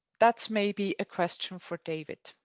that's maybe a question for david,